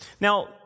Now